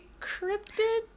cryptid